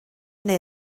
neu